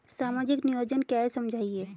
सामाजिक नियोजन क्या है समझाइए?